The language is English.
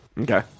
Okay